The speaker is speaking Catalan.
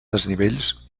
desnivells